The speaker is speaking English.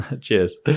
cheers